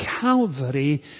Calvary